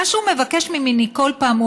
מה שהוא מבקש ממני כל פעם,